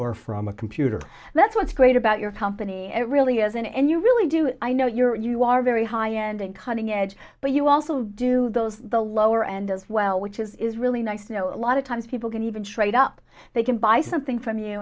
or from a computer that's what's great about your company it really isn't and you really do i know your you are very high end and cutting edge but you also do those the lower end as well which is really nice to know a lot of times people can even trade up they can buy something from you